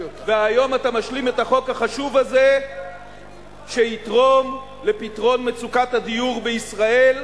והיום אתה משלים את החוק החשוב הזה שיתרום לפתרון מצוקת הדיור בישראל,